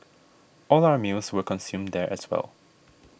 all our meals were consumed there as well